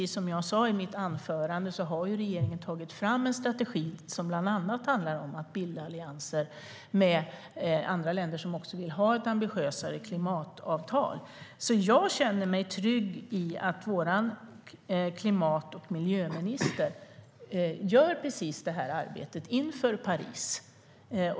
Som jag sa i mitt anförande har regeringen tagit fram en strategi som bland annat handlar om att bilda allianser med andra länder som också vill ha ett ambitiösare klimatavtal. Jag känner mig trygg med att vår klimat och miljöminister gör det arbetet inför Paris.